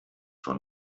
von